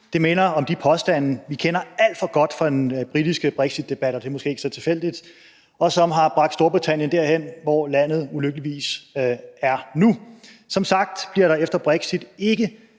Det minder om de påstande, vi kender alt for godt fra den britiske brexit-debat, og det er måske ikke så tilfældigt, som har bragt Storbritannien derhen, hvor landet ulykkeligvis er nu. Som sagt bliver der efter brexit ikke